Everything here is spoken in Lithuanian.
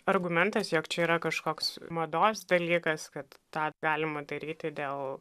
argumentas jog čia yra kažkoks mados dalykas kad tą galima daryti dėl